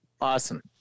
Awesome